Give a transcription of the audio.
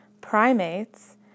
primates